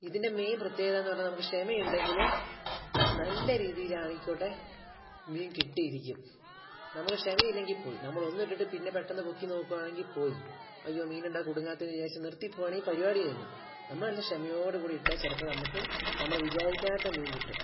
ഇതിൻ്റെ മെയിൻ പ്രത്യേകത എന്നു പറഞ്ഞാൽ നമുക്ക് ക്ഷമ ഉണ്ടെങ്കിൽ നല്ല രീതിയിൽ ആയിക്കോട്ടെ മീൻ കിട്ടിയിരിക്കും നമുക്ക് ക്ഷമ ഇല്ലെങ്കിൽ പോയി നമ്മൾ ഒന്ന് ഇട്ടിട്ട് പിന്നെ പെട്ടെന്ന് പൊക്കി നോക്കുകയാണെങ്കിൽ പോയി അയ്യോ മീൻ എന്താണ് കൊടുങ്ങാത്തതെന്ന് വിചരിച്ചു നിർത്തി പോവുകയാണെങ്കിൽ പരിപാടി കഴിഞ്ഞു നമ്മൾ നല്ല ക്ഷമയോട് കൂടി ഇട്ടാൽ ചിലപ്പോൾ നമുക്ക് നമ്മൾ വിചാരിക്കാത്ത മീൻ കിട്ടും